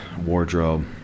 wardrobe